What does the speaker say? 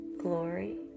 glory